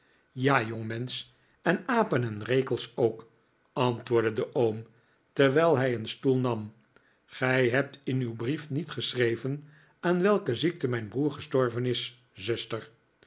ja jongmensch en apen en rekels ook antwoordde de oom terwijl hij een stoel nam gij hebt in uw brief niet geschreven aan welke ziekte mijn broer gestorven is zuster